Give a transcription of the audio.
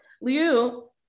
Liu